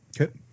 Okay